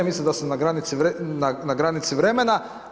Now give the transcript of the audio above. Mislim da sam na granici vremena.